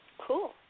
Cool